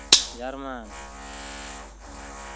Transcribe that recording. Jarman